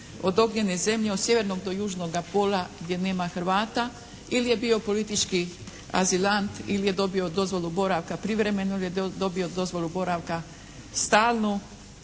od ognjene zemlje od sjevernog do južnoga pola gdje nema Hrvata ili je bio politički azilant ili je dobio dozvolu boravka privremeno ili je dobio dozvolu boravka stalno,